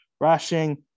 Rushing